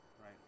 right